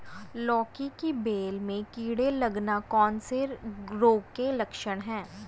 लौकी की बेल में कीड़े लगना कौन से रोग के लक्षण हैं?